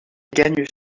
gagne